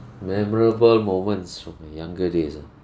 memorable moments from your younger days ah